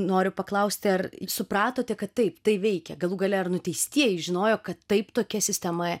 noriu paklausti ar supratote kad taip tai veikia galų gale ar nuteistieji žinojo kad taip tokia sistema